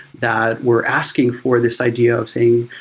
that were asking for this idea of saying,